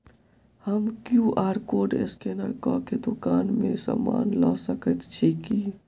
हम QR code scan कऽ केँ दुकान मे समान लऽ सकैत छी की?